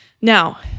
Now